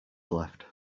left